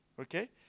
okay